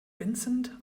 vincent